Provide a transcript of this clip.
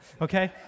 okay